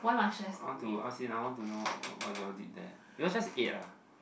want to ask you now want to know what you all did there you all just ate ah